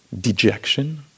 dejection